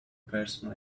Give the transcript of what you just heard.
person